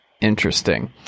Interesting